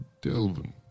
Delvin